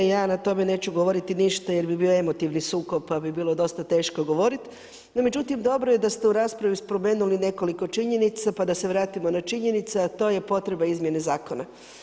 Ja na tome neću govoriti ništa jer bi bio emotivni sukob pa bi bilo dosta teško govoriti, no međutim dobro je da ste u raspravi spomenuli nekoliko činjenica pa da se vratimo na činjenice a to je potreba izmjene zakona.